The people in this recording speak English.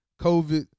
COVID